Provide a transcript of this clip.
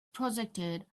projected